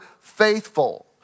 faithful